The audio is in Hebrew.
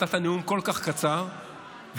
נתת נאום כל כך קצר וירדת.